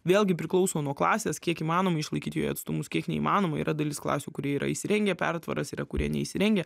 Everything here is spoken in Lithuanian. vėlgi priklauso nuo klasės kiek įmanoma išlaikyti joje atstumus kiek neįmanoma yra dalis klasių kur yra įsirengę pertvaras yra kurie neįsirengę